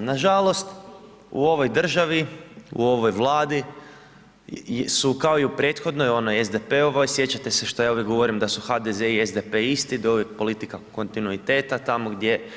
Nažalost u ovoj državi, u ovoj Vladi su, kao i u prethodnoj onoj SDP-ovoj, sjećate se što ja uvijek govorim da su HDZ i SDP isti, da uvijek politika kontinuiteta tamo gdje